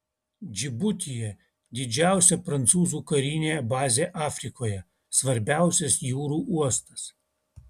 džibutyje didžiausia prancūzų karinė bazė afrikoje svarbiausias jūrų uostas